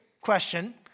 question